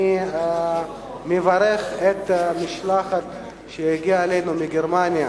אני מברך את המשלחת שהגיעה אלינו מגרמניה,